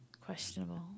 Questionable